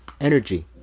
energy